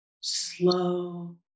Slow